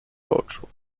oczu